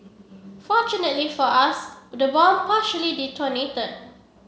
fortunately for us the bomb partially detonated